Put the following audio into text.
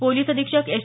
police अधीक्षक S